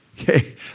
Okay